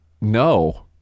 no